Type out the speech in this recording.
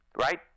Right